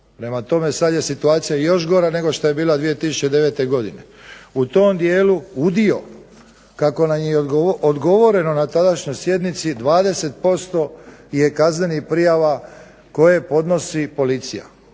Prema tome, sada je situacija još gora nego što je bila 2009. godine. U tom dijelu udio kako nam je odgovoreno na tadašnjoj sjednici 20% je kaznenih prijava koje podnosi policija.